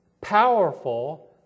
powerful